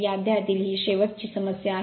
या अध्यायातील ही शेवटची समस्या आहे